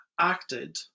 acted